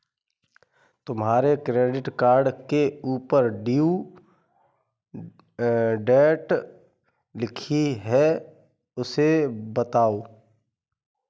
तुम्हारे credit card के ऊपर ड्यू डेट लिखी है उसे बताओ